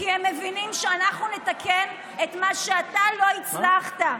כי הם מבינים שאנחנו נתקן את מה שאתה לא הצלחת.